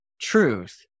truth